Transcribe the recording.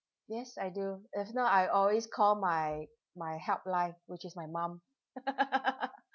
yes I do if not I'll always call my my helpline which is my mum